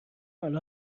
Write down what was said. الان